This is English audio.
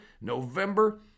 November